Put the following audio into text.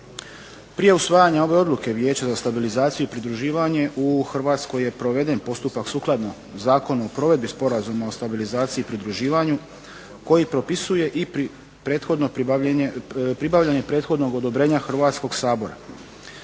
Prije usvajanja ove Odluke Vijeća za stabilizaciju i pridruživanje u Hrvatskoj je proveden postupak sukladno Zakonu o provedbi Sporazuma o stabilizaciji i pridruživanju koji propisuje i pribavljanje prethodnog odobrenja Hrvatskog sabora.